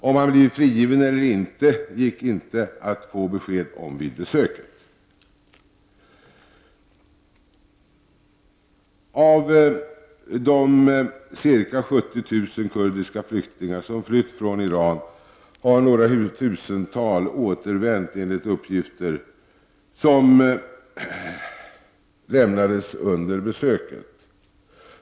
Om han blivit frigiven eller inte gick det inte att få besked om vid besöket. Av de ca 70 000 kurder som flytt från Irak har några tusental återvänt enligt uppgifter som lämnades under besöket.